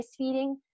breastfeeding